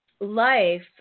life